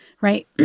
right